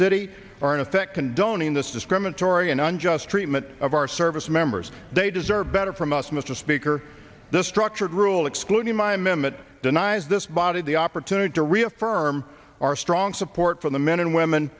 city are in effect condoning this discriminatory and unjust treatment of our service members they deserve better from us mr speaker the structured rule excluding my memet denies this body the opportunity to reaffirm our strong support for the men and women